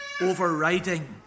overriding